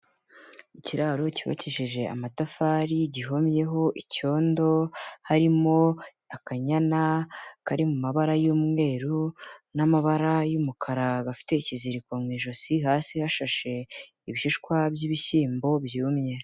Ikiraro cyubakishije amatafari, gihomyeho icyondo, harimo akanyana kari mu mabara y'umweru n'amabara y'umukara, gafite ikiziriko mu ijosi, hasi hashashe ibishishwa by'ibishyimbo byumye.